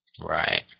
Right